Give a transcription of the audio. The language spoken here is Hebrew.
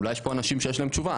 אולי יש פה אנשים שיש להם תשובה,